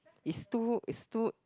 is too is too